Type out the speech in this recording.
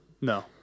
No